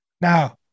Now